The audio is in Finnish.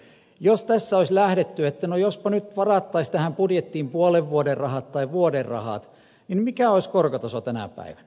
jos tässä olisi lähdetty niin että no jospa nyt varattaisiin tähän budjettiin puolen vuoden rahat tai vuoden rahat niin mikä olisi korkotaso tänä päivänä